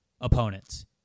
opponents